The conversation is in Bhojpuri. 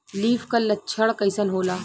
लीफ कल लक्षण कइसन होला?